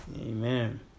Amen